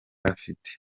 afite